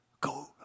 Go